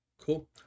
cool